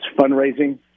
fundraising